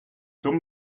dumm